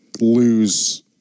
lose